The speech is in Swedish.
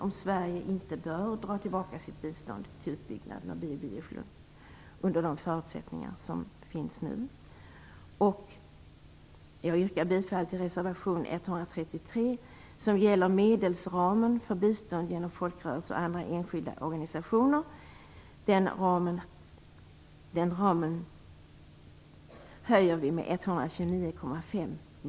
Bör Sverige dra tillbaka sitt bistånd till utbyggnaden under de förutsättningar som finns nu? Jag yrkar bifall till reservation 133 som gäller medelsramen för bistånd genom folkrörelser och andra enskilda organisationer. Den ramen höjer vi med 129,5